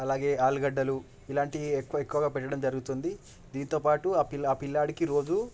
అలాగే ఆలుగడ్డలు ఇలాంటివి ఎక్కువ ఎక్కువగా పెట్టడం జరుగుతుంది దీనితోపాటు ఆ పిల్ల ఆ పిల్లాడికి రోజు